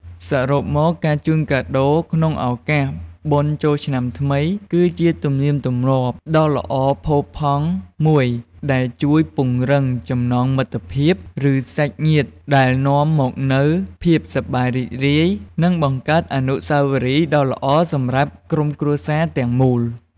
សរុបមកការជូនកាដូរក្នុងឱកាសបុណ្យចូលឆ្នាំថ្មី គឺជាទំនៀមទម្លាប់ដ៏ល្អផូរផង់មួយ ដែលជួយពង្រឹងចំណងមិត្តភាព ឬសាច់ញាតិ ដែលនាំមកនូវភាពសប្បាយរីករាយ និងបង្កើតអនុស្សាវរីយ៍ដ៏ល្អសម្រាប់ក្រុមគ្រួសារទាំងមូល។